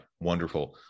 wonderful